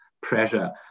pressure